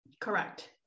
Correct